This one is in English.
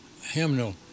hymnal